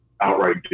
outright